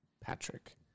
Patrick